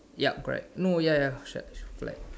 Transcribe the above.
ya correct no ya ya shut this flat